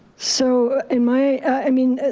so in my, i mean,